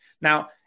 now